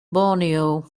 borneo